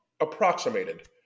approximated